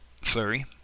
Flurry